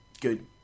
good